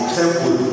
temple